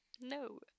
No